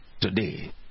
today